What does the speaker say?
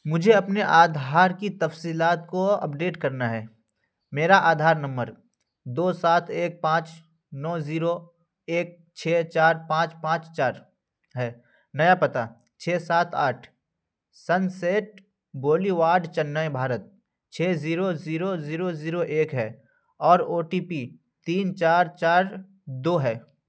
مجھے اپنے آدھار کی تفصیلات کو اپ ڈیٹ کرنا ہے میرا آدھار نمبر دو سات ایک پانچ نو زیرو ایک چھ چار پانچ پانچ چار ہے نیا پتہ چھ سات آٹھ Sunset Boulevard Chennai Bharat چھ زیرو زیرو زیرو زیرو ایک ہے اور او ٹی پی تین چار چار دو ہے